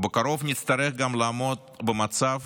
בקרוב נצטרך גם לעמוד במצב